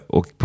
Och